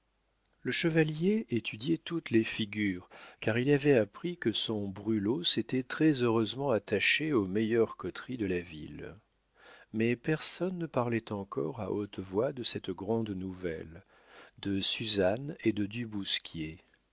le chevalier étudiait toutes les figures car il avait appris que son brûlot s'était très-heureusement attaché aux meilleures coteries de la ville mais personne ne parlait encore à haute voix de cette grande nouvelle de suzanne et de du